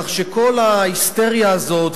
כך שכל ההיסטריה הזאת,